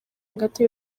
hagati